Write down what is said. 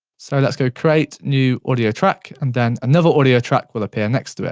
so, let's go create, new audio track, and then another audio track will appear next to it.